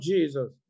Jesus